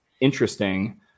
interesting